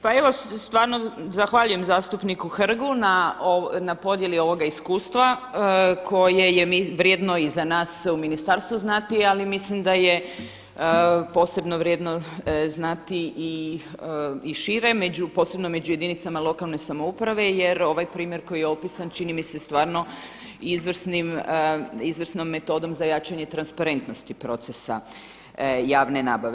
Pa evo stvarno zahvaljujem zastupniku Hrgu na podjeli ovoga iskustva koje je vrijedno i za nas u ministarstvu znati ali mislim da je posebno vrijedno znati i šire, posebno među jedinicama lokalne samouprave jer ovaj primjer koji je opisan čini mi se stvarno izvrsnom metodom za jačanje transparentnosti procesa javne nabave.